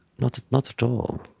not at not at all.